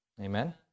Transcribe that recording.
Amen